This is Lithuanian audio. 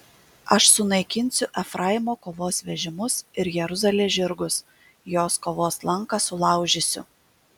aš sunaikinsiu efraimo kovos vežimus ir jeruzalės žirgus jos kovos lanką sulaužysiu